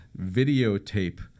videotape